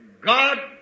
God